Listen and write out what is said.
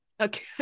Okay